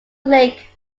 lake